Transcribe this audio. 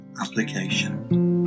application